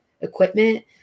equipment